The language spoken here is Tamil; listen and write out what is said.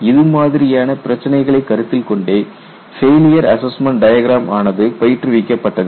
இது மாதிரியான பிரச்சினைகளை கருத்தில் கொண்டே ஃபெயிலியர் அசஸ்மெண்ட் டயக்ராம் ஆனது பயிற்றுவிக்கப்பட்டது